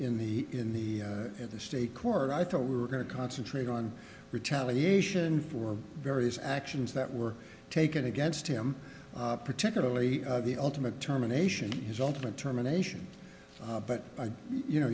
in the in the in the state court i thought we were going to concentrate on retaliation for various actions that were taken against him particularly the ultimate terminations ultimate terminations but you know